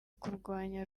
kurwanya